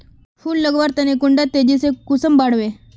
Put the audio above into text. फुल लगवार तने कुंडा तेजी से कुंसम बार वे?